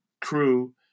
crew